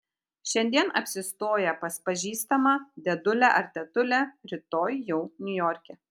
šiandien apsistoję pas pažįstamą dėdulę ar tetulę rytoj jau niujorke